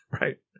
right